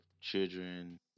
children